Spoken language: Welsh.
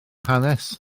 hanes